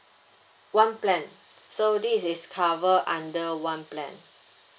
one plan so this is covered under one plan